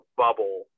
bubble